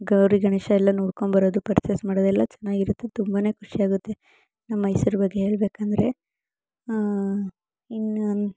ಗೌರಿ ಗಣೇಶ ಎಲ್ಲ ನೋಡ್ಕೊಂಡು ಬರೋದು ಪರ್ಚೇಸ್ ಮಾಡೋದೆಲ್ಲ ಚೆನ್ನಾಗಿರುತ್ತೆ ತುಂಬನೇ ಖುಷಿಯಾಗುತ್ತೆ ನಮ್ಮ ಮೈಸೂರು ಬಗ್ಗೆ ಹೇಳ್ಬೇಕಂದ್ರೆ ಇನ್ನು